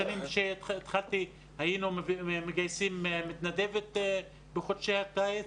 בשנים שהתחלתי היינו מגייסים מתנדבת בחודשי הקיץ,